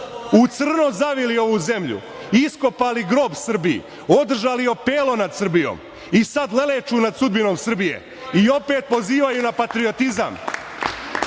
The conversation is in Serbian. u crno zavili ovu zemlju, iskopali grob Srbiji, održali opelo nad Srbijom i sad leleču nad sudbinom Srbije i opet pozivaju na patriotizam. Gospođa